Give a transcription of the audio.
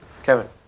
Kevin